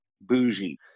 bougie